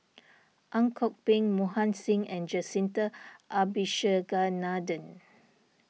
Ang Kok Peng Mohan Singh and Jacintha Abisheganaden